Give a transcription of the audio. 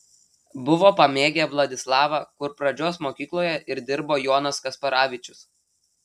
buvo pamėgę vladislavą kur pradžios mokykloje ir dirbo jonas kasparavičius